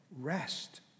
Rest